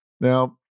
Now